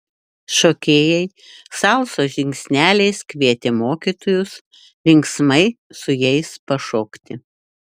šokėjai salsos žingsneliais kvietė mokytojus linksmai su jais pašokti